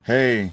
Hey